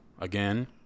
again